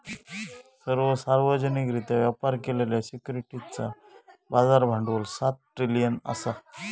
सर्व सार्वजनिकरित्या व्यापार केलेल्या सिक्युरिटीजचा बाजार भांडवल सात ट्रिलियन असा